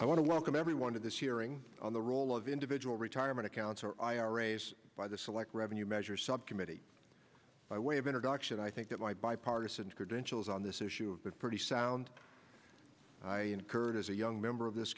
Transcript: i want to welcome everyone to this hearing on the role of individual retirement accounts or ira's by the select revenue measures subcommittee by way of introduction i think that my bipartisan credentials on this issue of that pretty sound i heard as a young member of this